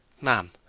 Ma'am